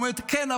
אומרת: כן,